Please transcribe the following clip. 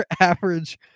average